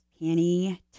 panty